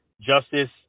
justice